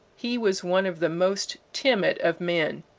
he was one of the most timid of men.